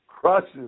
crushes